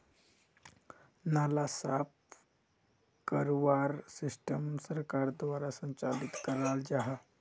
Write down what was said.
नाला साफ करवार सिस्टम सरकार द्वारा संचालित कराल जहा?